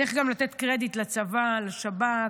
צריך גם לתת קרדיט לצבא, לשב"כ,